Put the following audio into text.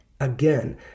Again